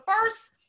first